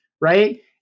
right